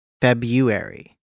February